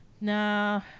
No